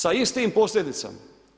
Sa istim posljedicama.